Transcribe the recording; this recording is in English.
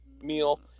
meal